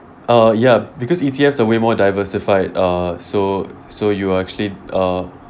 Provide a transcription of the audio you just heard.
uh ya because E_T_Fs are way more diversified uh so so you actually uh